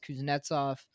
Kuznetsov